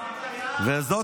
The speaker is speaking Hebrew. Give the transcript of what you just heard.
מה זה שייך?